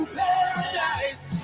paradise